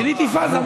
שיניתי פאזה.